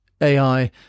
AI